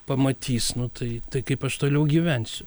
pamatys nu tai tai kaip aš toliau gyvensiu